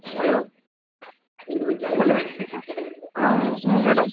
hello hello ಹಾಂ ಹ್ಞೂ madam